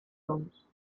oms